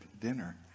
dinner